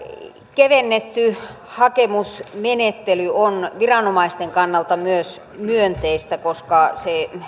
kevennetty hakemusmenettely on myös viranomaisten kannalta myönteistä koska se